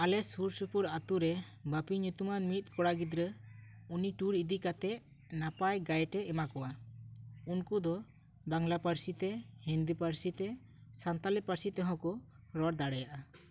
ᱟᱞᱮ ᱥᱩᱨ ᱥᱩᱯᱩᱨ ᱟᱹᱛᱩ ᱨᱮ ᱵᱟᱹᱯᱤ ᱧᱩᱛᱩᱢᱟᱱ ᱢᱤᱫ ᱠᱚᱲᱟ ᱜᱤᱫᱽᱨᱟᱹ ᱩᱱᱤ ᱴᱩᱨ ᱤᱫᱤᱠᱟᱛᱮ ᱱᱟᱯᱟᱭ ᱜᱟᱹᱭᱤᱰᱮ ᱮᱢᱟ ᱠᱚᱣᱟ ᱩᱱᱠᱩ ᱫᱚ ᱵᱟᱝᱞᱟ ᱯᱟᱹᱨᱥᱤ ᱛᱮ ᱦᱤᱱᱫᱤ ᱯᱟᱹᱨᱥᱤ ᱛᱮ ᱟᱨ ᱥᱟᱱᱛᱟᱞᱤ ᱯᱟᱹᱨᱥᱤ ᱛᱮᱦᱚᱸ ᱠᱚ ᱨᱚᱲ ᱫᱟᱲᱮᱭᱟᱜᱼᱟ